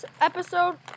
episode